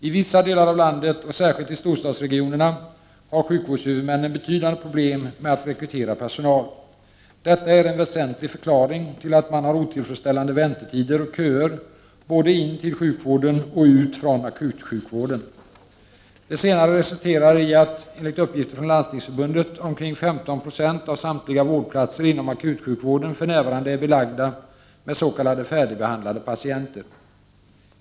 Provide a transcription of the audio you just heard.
I vissa delar av landet och särskilt i storstadsregionerna har sjukvårdshuvudmännen betydande problem med att rekrytera personal. Detta är en väsentlig förklaring till att man har otillfredsställande väntetider och köer både in till sjukvården och ut från akutsjukvården. Det senare resulterar i att, enligt uppgifter från Landstingsförbundet, omkring 15 96 av samtliga vårdplatser inom akutsjukvården för närvarande är belagda med s.k. färdigbehandlade patienter.